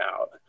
out